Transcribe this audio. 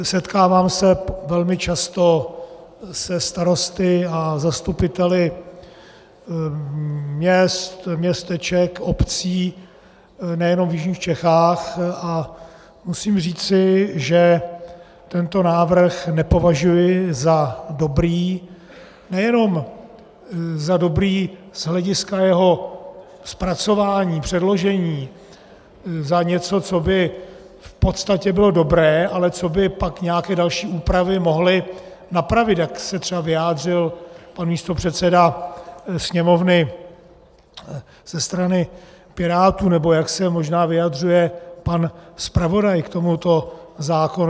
Setkávám se velmi často se starosty a se zastupiteli měst, městeček, obcí nejenom v jižních Čechách a musím říci, že tento návrh nepovažuji za dobrý, nejenom za dobrý z hlediska jeho zpracování, předložení, za něco, co by v podstatě bylo dobré, ale co by pak nějaké další úpravy mohly napravit, jak se třeba vyjádřil pan místopředseda Sněmovny ze strany Pirátů nebo jak se možná vyjadřuje pan zpravodaj k tomuto zákonu.